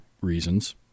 reasons